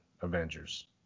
Avengers